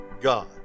God